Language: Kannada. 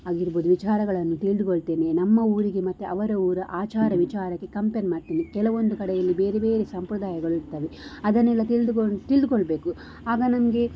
ಆಗಿರಬಹುದು ವಿಚಾರಗಳನ್ನು ತಿಳಿದುಕೊಳ್ತೇನೆ ನಮ್ಮ ಊರಿಗೆ ಮತ್ತೆ ಅವರ ಊರ ಆಚಾರ ವಿಚಾರಕ್ಕೆ ಕಂಪೇರ್ ಮಾಡ್ತೇನೆ ಕೆಲವೊಂದು ಕಡೆಯಲ್ಲಿ ಬೇರೆ ಬೇರೆ ಸಂಪ್ರದಾಯಗಳು ಇರ್ತಾವೆ ಅದನ್ನೆಲ್ಲ ತಿಳಿದುಕೊಂಡು ತಿಳಿದುಕೊಳ್ಳಬೇಕು ಆಗ ನನಗೆ